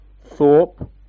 Thorpe